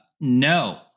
no